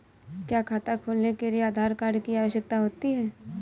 क्या खाता खोलने के लिए आधार कार्ड की आवश्यकता होती है?